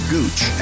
Gooch